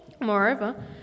Moreover